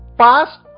past